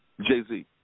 Jay-Z